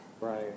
right